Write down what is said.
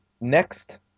next